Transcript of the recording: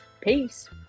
Peace